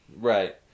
Right